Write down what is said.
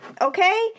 Okay